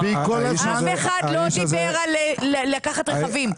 אף אחד לא דיבר על לקחת רכבים.